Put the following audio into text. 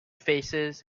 faces